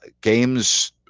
games